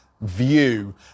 view